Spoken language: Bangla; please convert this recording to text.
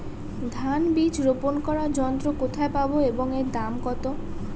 ধান বীজ রোপন করার যন্ত্র কোথায় পাব এবং এর দাম কত?